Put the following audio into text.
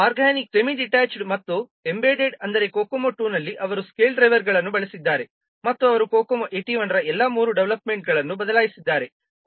ನಿಮ್ಮ organic semi-detached ಮತ್ತು embedded ಆದರೆ COCOMO II ನಲ್ಲಿ ಅವರು ಸ್ಕೇಲ್ ಡ್ರೈವರ್ಗಳನ್ನು ಬಳಸಿದ್ದಾರೆ ಮತ್ತು ಅವರು COCOMO 81 ರ ಎಲ್ಲಾ ಮೂರು ಡೆವಲಪ್ಮೆಂಟ್ ಮೊಡ್ಗಳನ್ನು ಬದಲಾಯಿಸಿದ್ದಾರೆ